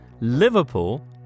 Liverpool